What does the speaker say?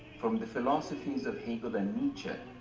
from the philosophies of hegel and nietzsche,